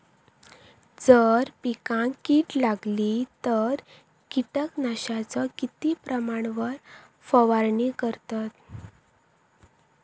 जर पिकांका कीड लागली तर कीटकनाशकाचो किती प्रमाणावर फवारणी करतत?